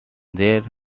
their